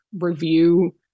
review